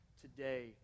today